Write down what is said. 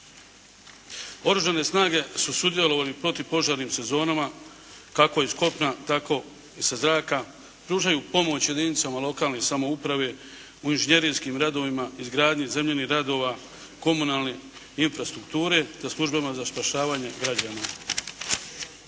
Oružane snage su sudjelovale u protupožarnim sezonama kako iz kopna tako i sa zraka. Pružaju pomoć jedinicama lokalne samouprave u injženjerinskim radovima, izgradnje zemljinih radova, komunalne infrastrukture, sa službama za spašavanje građana.